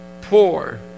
poor